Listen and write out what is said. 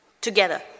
together